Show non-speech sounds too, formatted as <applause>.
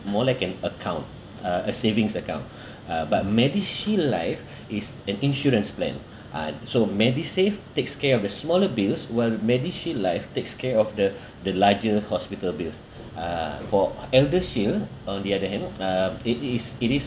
more like an account uh a savings account <breath> uh but medishield life is an insurance plan uh so medisave takes care of the smaller bills while medishield life takes care of the <breath> the larger hospital bills a'ah for eldershield on the other hand uh it is it is